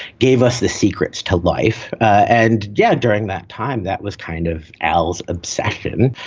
gave us the secrets to life. and yet during that time, that was kind of al's obsession.